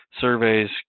surveys